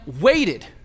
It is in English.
waited